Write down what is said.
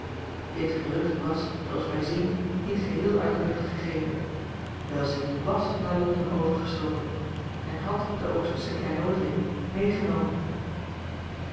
dit gerucht was zooals wij zien niet geheel uit de lucht gegrepen welsink was naar londen overgestoken en had de oostersche kleinoodiën meegenomen